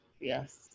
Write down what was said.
yes